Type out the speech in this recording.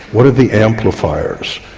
what are the amplifiers?